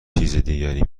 چیزی